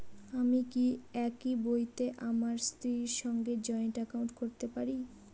আমি কি একই বইতে আমার স্ত্রীর সঙ্গে জয়েন্ট একাউন্ট করতে পারি?